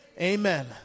Amen